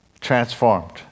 transformed